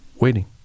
waiting